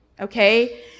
okay